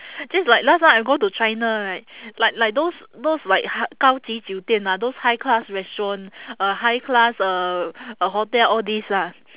just like last time I go to china right like like those those like h~ 高级酒店啊:gao ji jiu dian ah those high class restaurant uh high class uh uh hotel all these lah